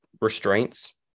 restraints